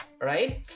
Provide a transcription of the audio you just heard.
right